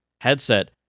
headset